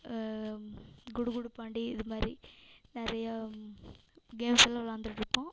குடுகுடுப்பாண்டி இது மாதிரி நிறைய கேம்ஸ் எல்லாம் விளாண்டுட்டுருப்போம்